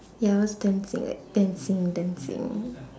ya I was dancing like dancing dancing